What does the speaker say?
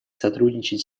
сотрудничать